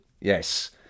Yes